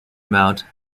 mount